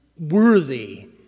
worthy